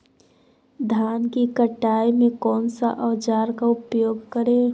धान की कटाई में कौन सा औजार का उपयोग करे?